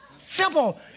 simple